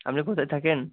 আপনি কোথায় থাকেন